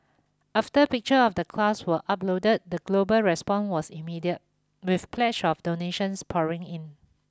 after picture of the class were uploaded the global response was immediate with pledges of donations pouring in